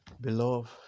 beloved